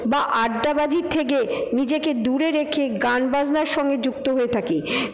বা আড্ডাবাজির থেকে নিজেকে দূরে রেখে গানবাজনার সঙ্গে যুক্ত হয়ে থাকি